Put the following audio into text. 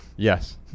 Yes